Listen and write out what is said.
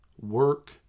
work